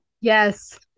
Yes